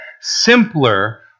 simpler